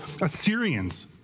Assyrians